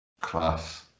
Class